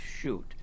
shoot